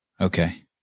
Okay